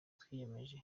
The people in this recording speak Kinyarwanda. twiyemeje